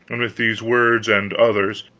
and with these words and others,